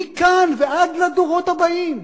מכאן ועד לדורות הבאים.